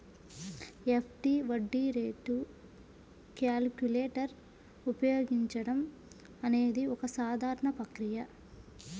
FD వడ్డీ rate calculator ఉపయోగించడం అనేది ఒక సాధారణ ప్రక్రియ